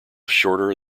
shorter